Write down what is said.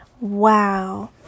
Wow